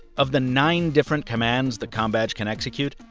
of the nine different commands the combadge can execute,